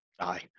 Aye